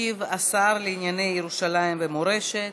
ישיב השר לענייני ירושלים ומורשת,